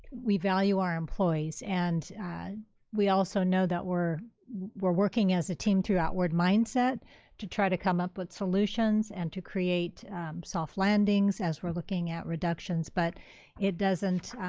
we value our employees and we also know that we're we're working as a team to outward mindset to try to come up with some solutions and to create soft landings as we're looking at reductions, but it doesn't